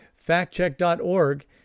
factcheck.org